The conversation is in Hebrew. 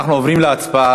אנחנו עוברים להצבעה